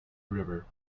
river